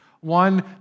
One